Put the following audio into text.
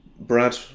Brad